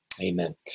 Amen